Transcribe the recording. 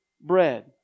bread